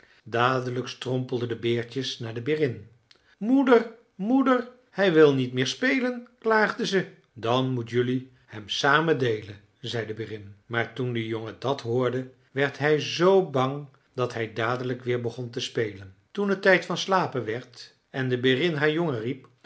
dadelijk strompelden de beertjes naar de berin moeder moeder hij wil niet meer spelen klaagden ze dan moet jelui hem samen deelen zei de berin maar toen de jongen dat hoorde werd hij zoo bang dat hij dadelijk weer begon te spelen toen het tijd van slapen werd en de berin haar jongen riep